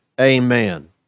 Amen